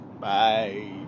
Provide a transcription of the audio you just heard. bye